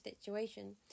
situation